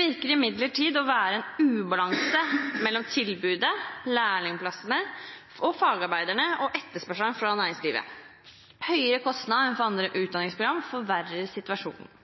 virker imidlertid å være en ubalanse mellom tilbudet av skoleplasser, lærlingeplasser og fagarbeidere og etterspørselen fra næringslivet. Høyere kostnad enn for andre utdanningsprogram forverrer situasjonen.